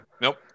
Nope